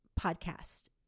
podcast